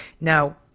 Now